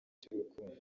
cy’urukundo